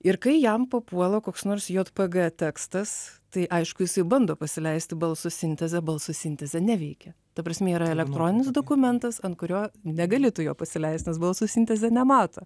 ir kai jam papuola koks nors jpg tekstas tai aišku jisai bando pasileisti balso sintezę balso sintezė neveikia ta prasme yra elektroninis dokumentas ant kurio negali tu jo pasileist nes balso sintezė nemato